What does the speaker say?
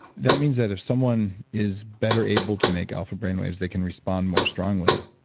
that means that if someone is better able to make alpha brainwaves they can respond more strongly.